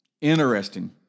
interesting